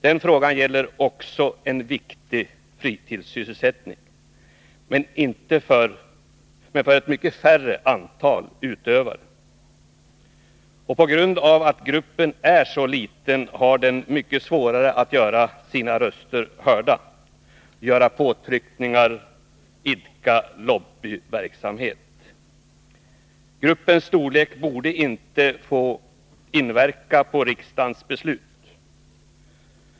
Den frågan gäller också en viktig fritidssysselsättning men för ett mycket mindre antal utövare. På grund av att gruppen är så liten har den mycket svårare att göra sig hörd, utöva påtryckningar och idka lobbyverksamhet. Gruppens storlek borde inte få inverka på riksdagens beslut.